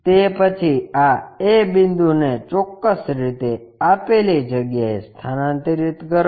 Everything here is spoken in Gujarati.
તે પછી આ a બિંદુને ચોક્કસ રીતે આપેલી જગ્યાએ સ્થાનાંતરિત કરો